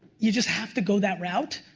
you just have to go that route,